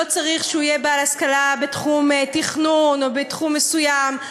לא צריך שהוא יהיה בעל השכלה בתחום תכנון או בתחום מסוים.